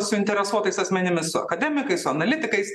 suinteresuotais asmenimis su akademikais su analitikais